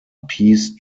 peace